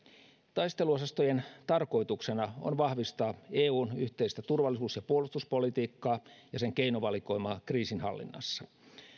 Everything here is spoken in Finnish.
taisteluosastojen tarkoituksena on vahvistaa eun yhteistä turvallisuus ja puolustuspolitiikkaa ja sen keinovalikoimaa kriisinhallinnassa